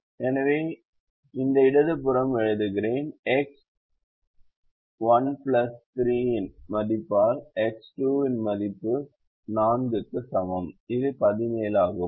எனவே இந்த இடது புறம் எழுதுகிறேன் எக்ஸ் 1 3 இன் மதிப்பில் எக்ஸ் 2 இன் மதிப்புக்கு 4 க்கு சமம் இது 17 ஆகும்